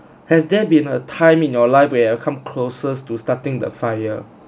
has there been a time in your life where you come closest to starting the fire